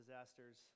disasters